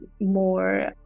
more